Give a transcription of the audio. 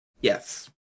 Yes